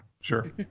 sure